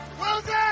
Wilson